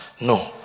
no